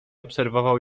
obserwował